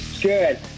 Good